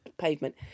pavement